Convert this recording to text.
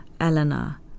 Elena